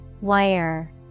Wire